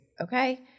Okay